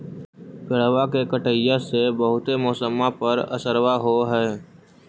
पेड़बा के कटईया से से बहुते मौसमा पर असरबा हो है?